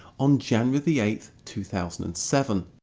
on january eight, two thousand and seven.